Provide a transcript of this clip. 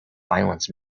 violence